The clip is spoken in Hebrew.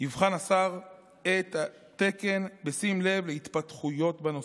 יבחן השר את התקן בשים לב להתפתחויות בנושא.